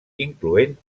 incloent